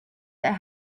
that